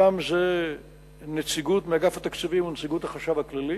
שם זה נציגות מאגף התקציבים ונציגות החשב הכללי